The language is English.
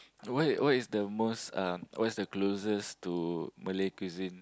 what what is the most uh what's the closest to Malay cuisine